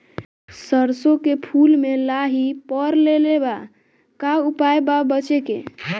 सरसों के फूल मे लाहि पकड़ ले ले बा का उपाय बा बचेके?